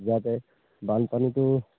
যাতে বানপানীটো